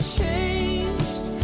changed